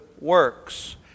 works